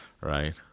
right